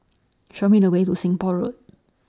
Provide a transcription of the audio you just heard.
Show Me The Way to Seng Poh Road